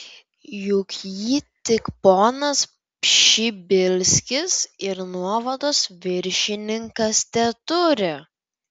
juk jį tik ponas pšibilskis ir nuovados viršininkas teturi